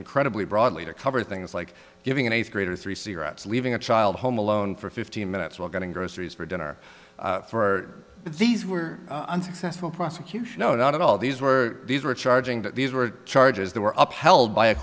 incredibly broadly to cover things like giving an eighth grader three cigarettes leaving a child home alone for fifteen minutes while getting groceries for dinner for these were unsuccessful prosecution no not at all these were these were charging that these were charges that were up held by a